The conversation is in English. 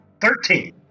Thirteen